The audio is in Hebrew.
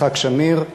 יצחק שמיר,